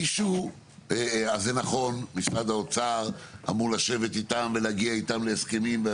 מישהו ממשרד האוצר אמור לשבת איתם ולהגיע איתם להסכמים.